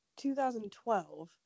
2012